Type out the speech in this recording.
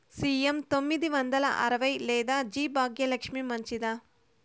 CM తొమ్మిది వందల అరవై లేదా జి భాగ్యలక్ష్మి మంచిదా?